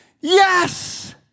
yes